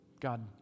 God